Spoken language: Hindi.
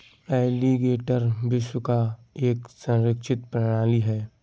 एलीगेटर विश्व का एक संरक्षित प्राणी है